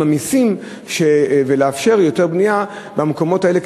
המסים ולאפשר יותר בנייה במקומות האלה,